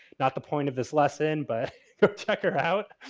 not the point of this lesson, but check her out.